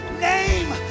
name